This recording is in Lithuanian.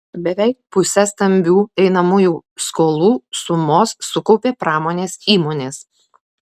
beveik pusę stambių einamųjų skolų sumos sukaupė pramonės įmonės